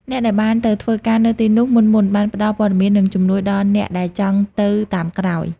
អ្នកដែលបានទៅធ្វើការនៅទីនោះមុនៗ បានផ្ដល់ព័ត៌មាន និងជំនួយដល់អ្នកដែលចង់ទៅតាមក្រោយ។